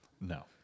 No